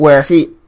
See